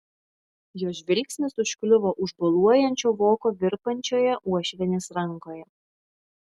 jo žvilgsnis užkliuvo už boluojančio voko virpančioje uošvienės rankoje